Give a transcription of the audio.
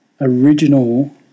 original